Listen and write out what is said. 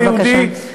משפט סיום בבקשה.